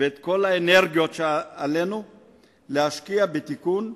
ואת כל האנרגיות עלינו להשקיע בתיקון,